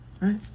Right